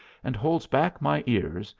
and holds back my ears,